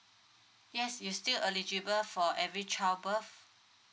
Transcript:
yes you still eligible for every child birth